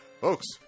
Folks